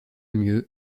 mieux